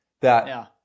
that-